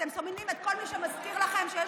אתם שונאים את כל מי שמזכיר לכם שיש